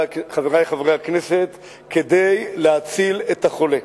חברי חברי הכנסת, כדי להציל את החולה.